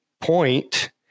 point